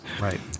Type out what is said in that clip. Right